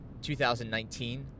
2019